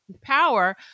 power